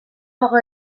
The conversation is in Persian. اقا